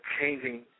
changing